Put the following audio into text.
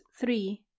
three